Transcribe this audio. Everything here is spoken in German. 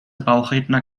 bauchredner